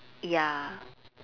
ya